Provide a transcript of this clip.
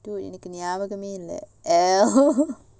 எனக்குநியாபகமேஇல்ல:enaku niyabagme illa